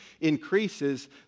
increases